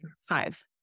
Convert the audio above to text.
five